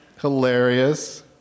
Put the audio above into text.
hilarious